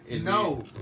No